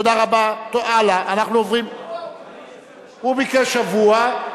הוא ביקש שבוע,